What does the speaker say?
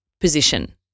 position